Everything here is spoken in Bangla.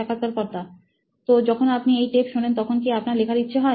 সাক্ষাৎকারকর্তা তো যখন আপনি এই টেপ শোনেন তখন কি আপনার লেখার ইচ্ছে হয়